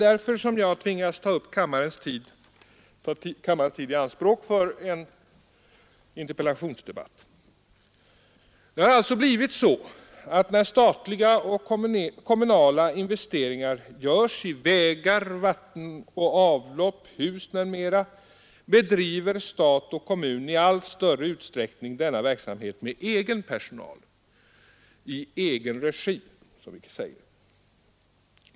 Därför tvingas jag att ta kammarens tid i anspråk för en interpellationsdebatt. När statliga och kommunala investeringar görs i vägar, vatten och avlopp, hus, m.m., bedriver numera stat och kommun i allt större utsträckning denna verksamhet med egen personal — i egen regi, som vi säger.